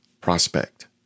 Prospect